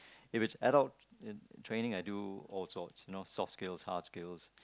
if it's adult training I do all sorts you know soft skills hard skills